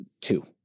Two